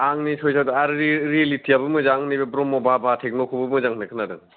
आंनि सइसया दा आरो रिएल रिएलेटिआबो मोजां ब्रह्म बाबा टेख्न'खौबो मोजां होननाय खोनादां